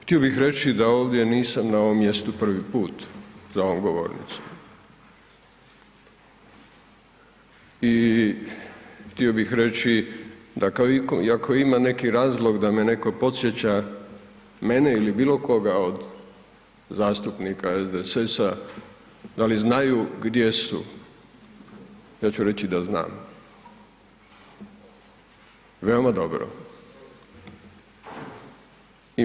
Htio bih reći da ovdje nisam na ovom mjestu prvi put, za ovom govornicom i htio bih reći da i ako ima neki razlog da me netko podsjeća mene ili bilo koga od zastupnika SDSS-a da li znaju gdje su, ja ću reći da znam veoma dobro.